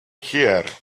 here